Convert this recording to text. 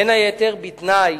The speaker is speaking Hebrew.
בין היתר בתנאי